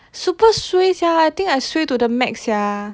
super suay sia I think I suay to the max sia